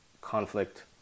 conflict